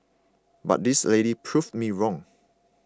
but this lady proved me wrong